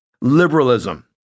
liberalism